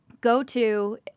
go-to